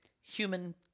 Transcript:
human